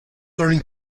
learning